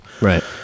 Right